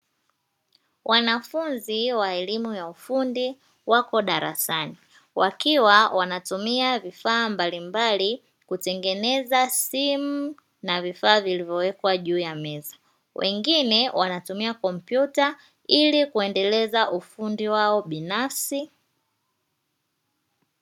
Wanafunzi wa elimu ya ufundi wako darasani wakiwa wanatumia vifaa mbalimbali kutengeneza simu na vifaa vilivyowekwa juu ya meza, wengine wanatumia kompyuta ili kuendeleza ufundi wao binafsi.